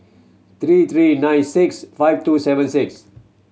three three nine six five two seven six